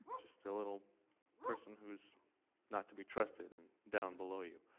just a little person who's not to be trusted and down below you.